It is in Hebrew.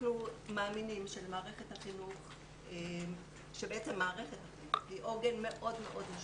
אנחנו מאמינים שמערכת החינוך היא עוגן מאוד מאוד משמעותי,